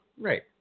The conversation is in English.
Right